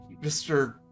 Mr